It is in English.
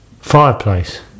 fireplace